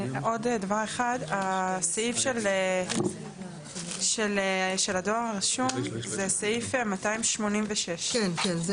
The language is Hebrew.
הסעיף של הדואר הרשום זה סעיף 286. כן,